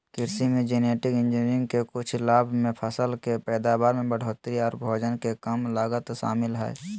कृषि मे genetic engineering के कुछ लाभ मे फसल के पैदावार में बढ़ोतरी आर भोजन के कम लागत शामिल हय